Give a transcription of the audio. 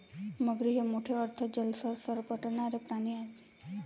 मगरी हे मोठे अर्ध जलचर सरपटणारे प्राणी आहेत